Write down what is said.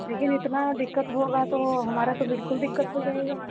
लेकिन इतना दिक्कत होगा तो हमारा तो बिल्कुल दिक्कत हो जाएगा